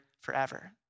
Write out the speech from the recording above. forever